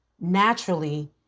naturally